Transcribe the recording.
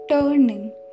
Turning